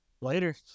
Later